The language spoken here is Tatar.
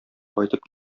кайтып